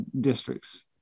districts